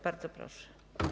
Bardzo proszę.